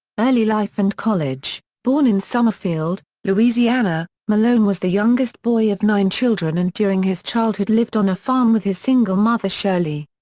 early life and college born in summerfield, louisiana, malone was the youngest boy of nine children and during his childhood lived on a farm with his single mother shirley.